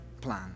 plan